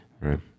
Right